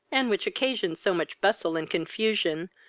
and which occasioned so much bustle and confusion,